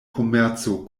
komerco